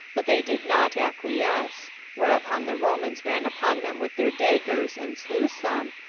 but they did not acquiesce whereupon the romans ran upon them with their daggers, and slew some,